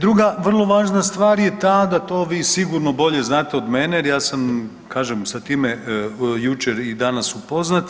Druga vrlo važna stvar je ta da to vi sigurno bolje znate od mene jer ja sam kažem sa time jučer i danas upoznat,